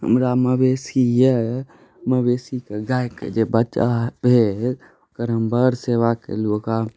हमरा मवेशी अइ मवेशीके गाइके जे बच्चा भेल ओकर हम बड़ सेवा केलहुँ ओकरा